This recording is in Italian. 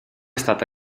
stata